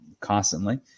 Constantly